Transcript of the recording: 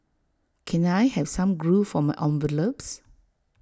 can I have some glue for my envelopes